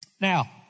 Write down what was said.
Now